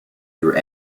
through